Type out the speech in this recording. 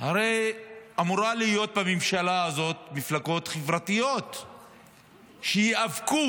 הרי אמורות להיות בממשלה הזאת מפלגות חברתיות שייאבקו,